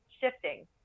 shifting